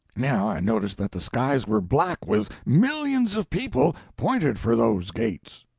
now i noticed that the skies were black with millions of people, pointed for those gates.